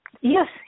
Yes